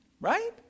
Right